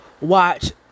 Watch